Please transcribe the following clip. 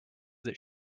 that